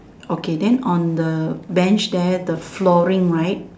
okay then on the Bench there the flooring right